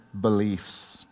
beliefs